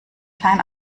klein